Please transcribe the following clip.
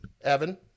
Evan